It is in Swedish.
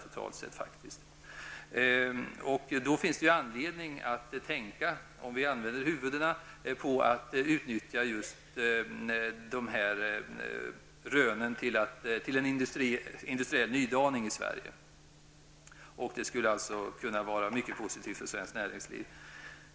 Det finns då -- om vi använder huvudena -- anledning att tänka på att utnyttja dessa rön för en industriell nydaning i Sverige. Det skulle kunna vara mycket positivt för svenskt näringsliv.